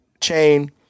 chain